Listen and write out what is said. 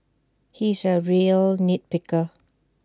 he is A real nit picker